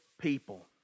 people